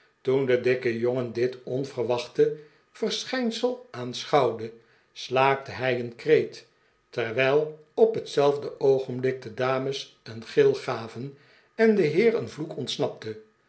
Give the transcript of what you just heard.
toen de dikke jongen dit onverwachte verschijnsel aanschouwde slaakte hij een kreet terwijl op hetzelfde oogenblik de dames een gil gaven en den heer een vloek ontsnapte